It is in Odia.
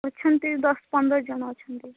ଅଛନ୍ତି ଦଶ ପନ୍ଦର ଜଣ ଅଛନ୍ତି